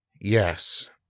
Yes